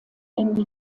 ende